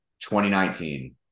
2019